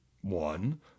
one